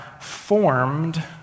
formed